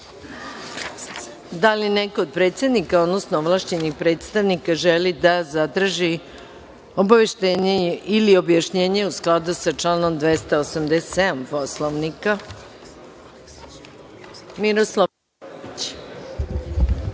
li neko od predsednika, odnosno ovlašćenih predstavnika želi da zatraži obaveštenje ili objašnjenje u skladu sa članom 287. Poslovnika? Reč ima